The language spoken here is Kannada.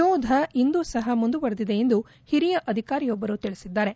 ಶೋಧ ಇಂದೂ ಸಹ ಮುಂದವರೆದಿದೆ ಎಂದು ಹಿರಿಯ ಅಧಿಕಾರಿಯೊಬ್ಬರು ತಿಳಿಸಿದ್ದಾರೆ